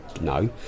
No